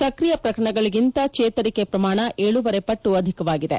ಸ್ತ್ರಿಯ ಪ್ರಕರಣಗಳಗಿಂತ ಚೇತರಿಕೆ ಪ್ರಮಾಣ ಏಳೂವರೆ ಪಟ್ಟು ಅಧಿಕವಾಗಿದೆ